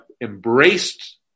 embraced